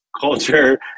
Culture